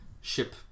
ship